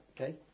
Okay